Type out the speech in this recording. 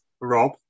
Rob